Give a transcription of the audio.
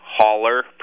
hauler